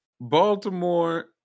Baltimore